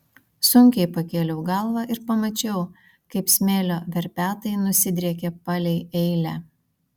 sunkiai pakėliau galvą ir pamačiau kaip smėlio verpetai nusidriekė palei eilę